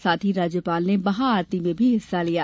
साथ ही राज्यपाल ने महाआरती में भी हिस्सा लिया